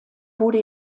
wurde